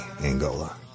Angola